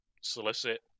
solicit